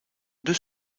deux